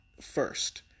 first